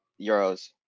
Euros